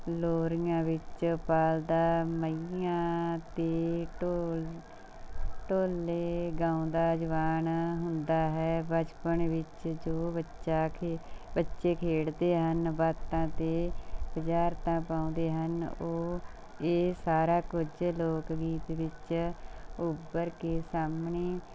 ਲੋਰੀਆਂ ਵਿੱਚ ਪਾਲਦਾ ਮਈਆਂ ਅਤੇ ਢੋਲ ਢੋਲੇ ਗਾਉਂਦਾ ਜਵਾਨ ਹੁੰਦਾ ਹੈ ਬਚਪਨ ਵਿੱਚ ਜੋ ਬੱਚਾ ਖੇ ਬੱਚੇ ਖੇਡਦੇ ਹਨ ਬਾਤਾਂ ਅਤੇ ਬੁਝਾਰਤਾਂ ਪਾਉਂਦੇ ਹਨ ਉਹ ਇਹ ਸਾਰਾ ਕੁਝ ਲੋਕ ਗੀਤ ਵਿੱਚ ਉੱਭਰ ਕੇ ਸਾਹਮਣੇ